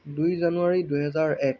দুই জানুৱাৰী দুহেজাৰ এক